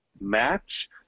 match